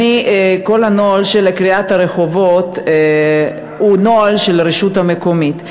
כל הנוהל של קריאת הרחובות הוא נוהל של הרשות המקומית,